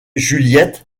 juliette